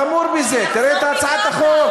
החמור מזה, תראה את הצעת החוק.